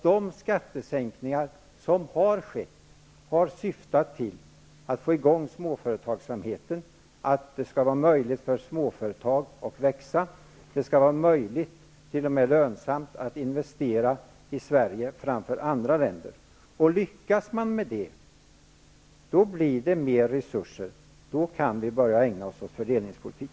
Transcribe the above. De skattesänkningar som har skett har syftat till att få i gång småföretagsamheten, till att det skall vara möjligt för småföretag att växa. Det skall vara möjligt, t.o.m. lönsamt, att investera i Sverige framför att göra det i andra länder. Lyckas man med det blir det mer resurser, och då kan vi börja ägna oss åt fördelningspolitik.